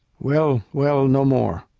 well, well, no more.